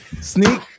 Sneak